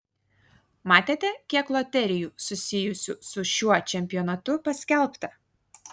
matėte kiek loterijų susijusių su šiuo čempionatu paskelbta